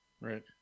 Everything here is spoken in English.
Right